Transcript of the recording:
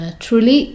truly